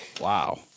Wow